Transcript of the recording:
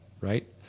right